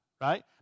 right